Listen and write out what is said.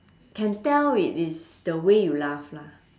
can tell it is the way you laugh lah